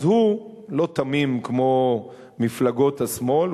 אז הוא לא תמים כמו מפלגות השמאל,